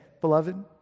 beloved